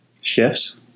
shifts